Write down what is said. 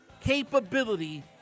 capability